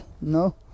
No